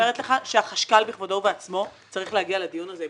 אני אומרת לך שהחשכ"ל בכבודו ובעצמו צריך להגיע לדיון הזה.